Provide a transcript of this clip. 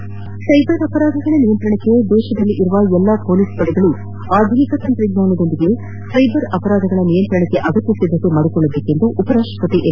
ಸ್ಸೆಬರ್ ಅಪರಾಧಗಳ ನಿಯಂತ್ರಣಕ್ಕೆ ದೇಶದಲ್ಲಿರುವ ಎಲ್ಲಾ ಮೊಲೀಸ್ ಪಡೆಗಳು ಆಧುನಿಕ ತಂತ್ರಜ್ವಾನದೊಂದಿಗೆ ಸೈಬರ್ ಅಪರಾಧಗಳ ನಿಯಂತ್ರಣಕ್ಕೆ ಅಗತ್ಯ ಸಿದ್ಧತೆ ಮಾಡಿಕೊಳ್ಳಬೇಕೆಂದು ಉಪರಾಷ್ಟಪತಿ ಎಂ